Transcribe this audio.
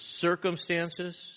circumstances